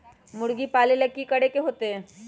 मुर्गी पालन ले कि करे के होतै?